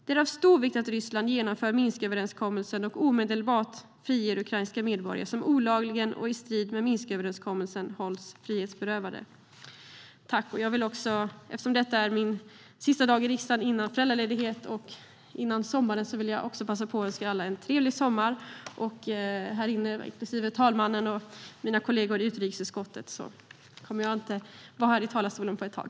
Det är av stor vikt att Ryssland genomför Minsköverenskommelsen och omedelbart friger ukrainska medborgare som olagligen och i strid med Minsköverenskommelsen hålls frihetsberövade. Eftersom detta är min sista dag i riksdagen före föräldraledighet och sommar vill jag passa på att önska alla en trevlig sommar, inklusive talmannen och mina kollegor i utrikesutskottet. Jag kommer inte att stå här i talarstolen på ett tag.